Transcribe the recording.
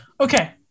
Okay